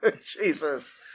Jesus